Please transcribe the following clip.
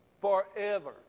forever